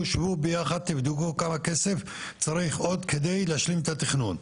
שבו ביחד ותבדקו כמה כסף צריך עוד כדי להשלים את התכנון.